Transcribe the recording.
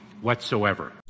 whatsoever